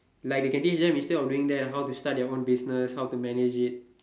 like they can teach them instead of doing that how to start their own business how to manage it